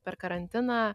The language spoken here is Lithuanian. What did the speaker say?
per karantiną